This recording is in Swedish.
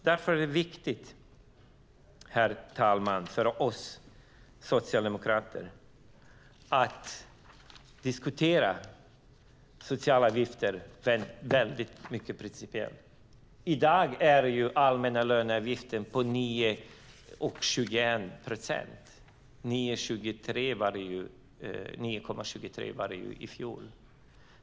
Därför är det viktigt, herr talman, för oss socialdemokrater att diskutera socialavgifter väldigt mycket. I dag är den allmänna löneavgiften 9,21 procent. 9,23 procent var den i fjol.